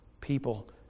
People